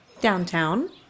Downtown